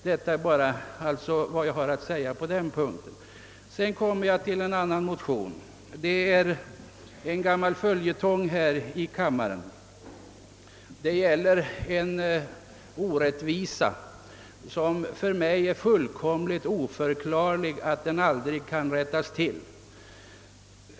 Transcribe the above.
Därefter vill jag beröra en annan motion, som är en gammal följetong här i kammaren. Det gäller en orättvisa, beträffande vilken det för mig är alldeles oförklarligt att den aldrig kan rättas till.